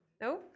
No